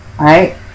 Right